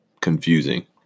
confusing